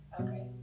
Okay